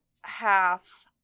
half